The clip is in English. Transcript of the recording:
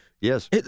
Yes